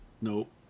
Nope